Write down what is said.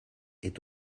est